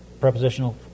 prepositional